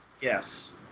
Yes